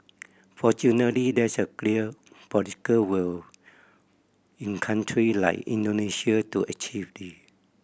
fortunately there is a clear political will in country like Indonesia to achieve this